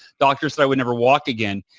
doctor said i would never walk again.